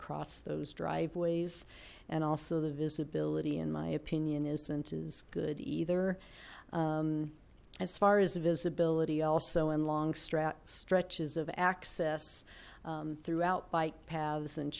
cross those driveways and also the visibility in my opinion isn't as good either as far as visibility also in long strap stretches of access throughout bike paths and